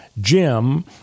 Jim